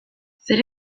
zer